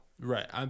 Right